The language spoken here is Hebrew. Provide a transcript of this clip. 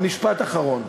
ומשפט אחרון,